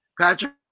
Patrick